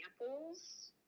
examples